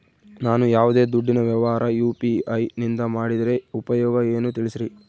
ನಾವು ಯಾವ್ದೇ ದುಡ್ಡಿನ ವ್ಯವಹಾರ ಯು.ಪಿ.ಐ ನಿಂದ ಮಾಡಿದ್ರೆ ಉಪಯೋಗ ಏನು ತಿಳಿಸ್ರಿ?